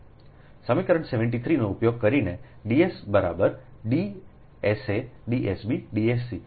સમીકરણ 73 નો ઉપયોગ કરીને Ds બરાબર D sa D s b D s c